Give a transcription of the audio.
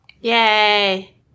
Yay